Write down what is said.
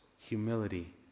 humility